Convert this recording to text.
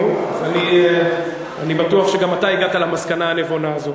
נו, אז אני בטוח שגם אתה הגעת למסקנה הנבונה הזאת.